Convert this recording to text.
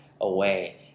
away